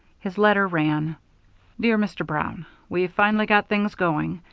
his letter ran dear mr. brown we've finally got things going.